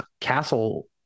castle